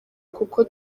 kuko